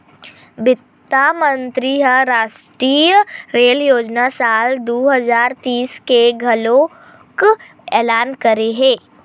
बित्त मंतरी ह रास्टीय रेल योजना साल दू हजार तीस के घलोक एलान करे हे